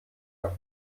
nach